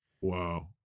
Wow